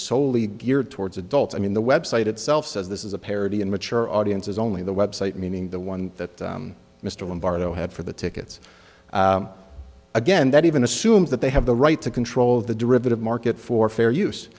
solely geared towards adults i mean the website itself says this is a parody and mature audience is only the website meaning the one that mr wynn bardot had for the tickets again that even assumes that they have the right to control the derivative market for fair use